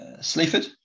Sleaford